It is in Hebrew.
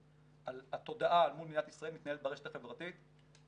על התודעה מול מדינת ישראל מתנהלת ברשת החברתית ולצערי,